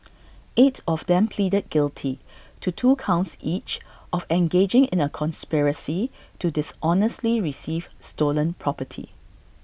eight of them pleaded guilty to two counts each of engaging in A conspiracy to dishonestly receive stolen property